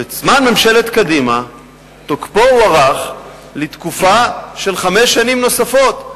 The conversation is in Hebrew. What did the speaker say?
בזמן ממשלת קדימה תוקפו הוארך לתקופה של חמש שנים נוספות.